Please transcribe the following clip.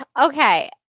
Okay